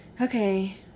okay